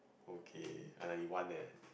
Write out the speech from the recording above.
okay I ninety one eh